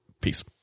Peace